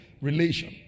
relation